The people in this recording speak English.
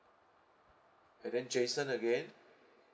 and then jason again